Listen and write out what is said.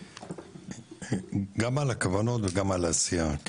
על הכוונות וגם על העשייה.